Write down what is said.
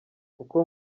kuko